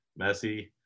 Messi